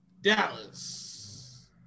Dallas